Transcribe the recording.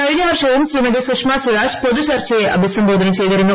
കഴിഞ്ഞ വർഷവും ശ്രീമതി സുഷമ സ്വരാജ് പൊതുചർച്ചയെ അഭിസംബോധന ചെയ്തിരുന്നു